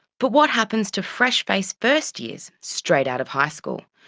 but what happens to fresh-faced first years straight out of high school?